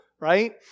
Right